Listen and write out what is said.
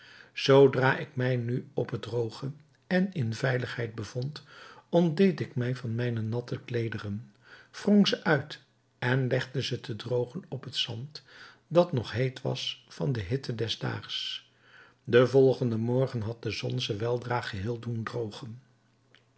zoodra ik mij nu op het drooge en in veiligheid bevond ontdeed ik mij van mijne natte kleederen wrong ze uit en legde ze te droogen op het zand dat nog heet was van de hitte des daags den volgenden morgen had de zon ze weldra geheel doen droogen